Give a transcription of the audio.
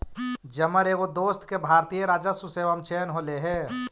जमर एगो दोस्त के भारतीय राजस्व सेवा में चयन होले हे